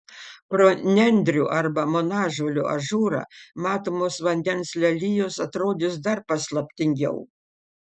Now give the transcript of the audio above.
pro nendrių arba monažolių ažūrą matomos vandens lelijos atrodys dar paslaptingiau